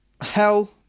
Hell